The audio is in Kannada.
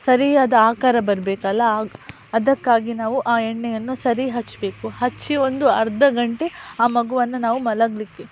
ಸರಿಯಾದ ಆಕಾರ ಬರಬೇಕಲ್ಲ ಆಗ ಅದಕ್ಕಾಗಿ ನಾವು ಆ ಎಣ್ಣೆಯನ್ನು ಸರಿ ಹಚ್ಚಬೇಕು ಹಚ್ಚಿ ಒಂದು ಅರ್ಧ ಗಂಟೆ ಆ ಮಗುವನ್ನು ನಾವು ಮಲಗಲಿಕ್ಕೆ